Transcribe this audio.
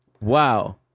Wow